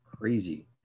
crazy